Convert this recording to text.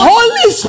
Holy